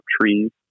trees